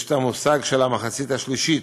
יש מושג "המחצית השלישית"